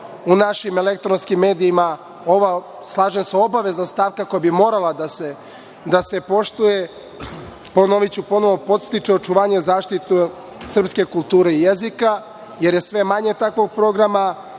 u našim elektronskim medijima ova, slažem se, obavezna stavka koja bi morala da se poštuje? Ponoviću ponovo, podstiče očuvanje i zaštitu srpske kulture i jezika, jer je sve manje takvog programa